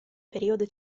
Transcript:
periodo